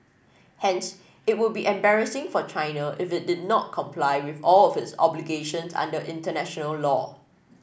hence it would be embarrassing for China if it did not comply with all of its obligations under international law